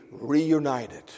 reunited